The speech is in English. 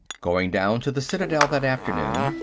going down to the citadel that afternoon,